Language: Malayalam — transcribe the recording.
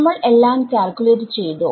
നമ്മൾ എല്ലാം കാൽക്യൂലേറ്റ് ചെയ്തോ